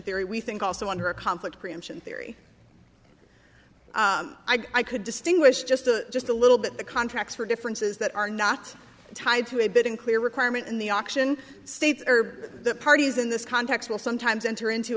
theory we think also under a conflict preemption theory i could distinguish just a just a little bit the contracts for differences that are not tied to a bit unclear requirement in the auction states or the parties in this context will sometimes enter into